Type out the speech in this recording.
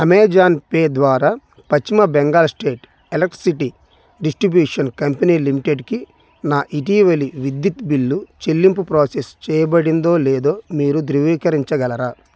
Amazon pay ద్వారా పశ్చిమ Bengal state electricity distribution company లిమిటెడ్కి నా ఇటీవలి విద్యుత్ బిల్లు చెల్లింపు ప్రోసెస్ చేయబడిందో లేదో మీరు ధృవీకరించగలరా